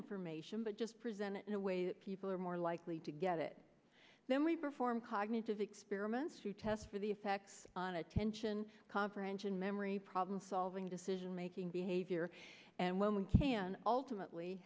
information but just presented in a way that people are more likely to get it then we perform cognitive experiments to test for the effects on attention conference in memory problem solving decision making behavior and when we can ultimately